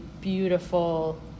beautiful